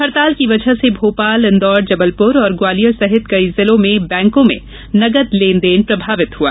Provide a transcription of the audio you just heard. हड़ताल की वजह से भोपाल इंदौर जबलप्र और ग्वालियर सहित कई जिलों के बैंकों में नगद लेनदेन प्रभावित हुआ